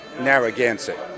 Narragansett